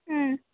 ಹ್ಞೂ